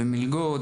במלגות,